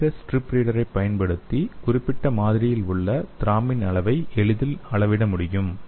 இந்த ஸ்ட்ரிப் ரீடரைப் பயன்படுத்தி குறிப்பிட்ட மாதிரியில் உள்ள த்ரோம்பின் அளவை எளிதில் அளவிட முடியும்